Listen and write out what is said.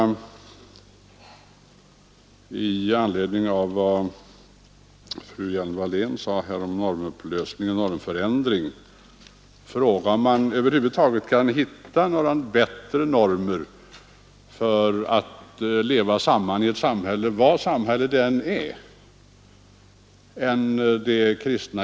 I anledning av vad fru Hjelm-Wallén sade om normupplösning och normförändring vill jag bara fråga om man över huvud taget kan finna några bättre normer för att leva samman i ett samhälle — vilket samhälle det än är — än de kristna.